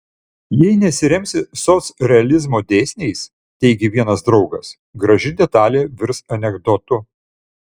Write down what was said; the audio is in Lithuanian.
jei nesiremsi socrealizmo dėsniais teigė vienas draugas graži detalė virs anekdotu